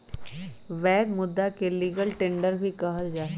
वैध मुदा के लीगल टेंडर भी कहल जाहई